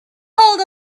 hold